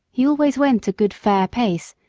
he always went a good fair pace,